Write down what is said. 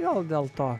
gal dėl to